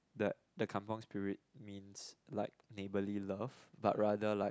the the Kampung spirit means like neighbourly love but rather like